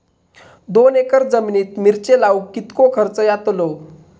दोन एकर जमिनीत मिरचे लाऊक कितको खर्च यातलो?